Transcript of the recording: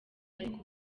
ariko